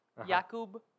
Jakub